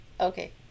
Okay